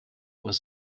was